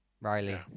Riley